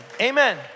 Amen